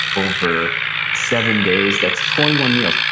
over seven days, that's twenty one meals.